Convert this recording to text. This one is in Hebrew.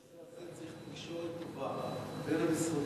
לנושא הזה צריך תקשורת טובה בין המשרדים,